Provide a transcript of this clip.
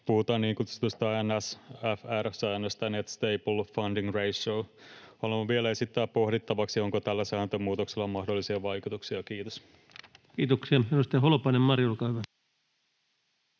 Puhutaan niin kutsutusta NSFR-säännöstä, net stable funding ratio. Haluan vielä esittää pohdittavaksi, onko tällä sääntömuutoksella mahdollisia vaikutuksia. — Kiitos. Kiitoksia. — Edustaja Holopainen Mari, olkaa hyvä.